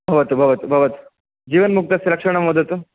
भवतु भवतु भवतु जीवन्मुक्तस्य लक्षणं वदतु